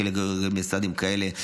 חלק היו רגילים לסעדים כאלה.